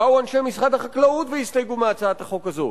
באו אנשי משרד החקלאות והסתייגו מהצעת החוק הזאת,